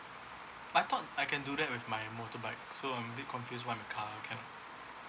I thought I can do that with my motorbike so I'm really confuse why my car cannot